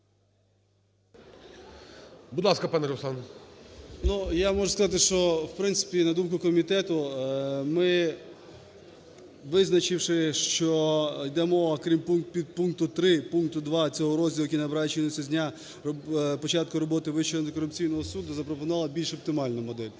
можу сказати, що, в принципі, на думку комітету, ми, визначивши, що йде мова, крім підпункту три пункту 2 цього розділу, який набирає чинності з дня початку роботи Вищого антикорупційного суду, запропонували більш оптимальну модель.